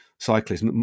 cyclist